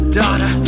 daughter